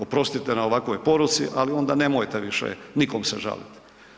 Oprostite na ovakvoj poruci, ali onda nemojte više nikom se žalit.